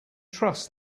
trust